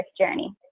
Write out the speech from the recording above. journey